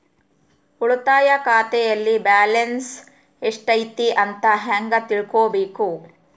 ಉಳಿತಾಯ ಖಾತೆಯಲ್ಲಿ ಬ್ಯಾಲೆನ್ಸ್ ಎಷ್ಟೈತಿ ಅಂತ ಹೆಂಗ ತಿಳ್ಕೊಬೇಕು?